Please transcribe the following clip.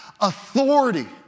authority